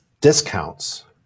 discounts